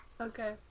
Okay